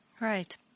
Right